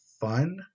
fun